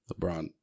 LeBron